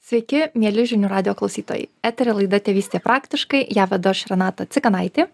sveiki mieli žinių radijo klausytojai etery laida tėvystė praktiškai ją vedu aš renata cikanaitė